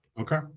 Okay